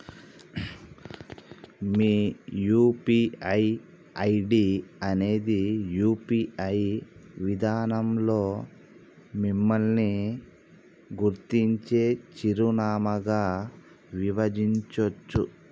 మీ UPI ID అనేది UPI విధానంలో మిమ్మల్ని గుర్తించే చిరునామాగా భావించొచ్చు